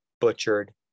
butchered